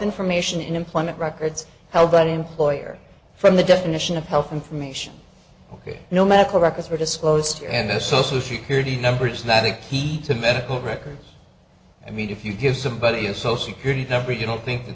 information employment records health but employer from the definition of health information ok no medical records were disclosed and the social security number is not a key to medical records i mean if you give somebody you so security number you don't think